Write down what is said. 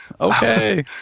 okay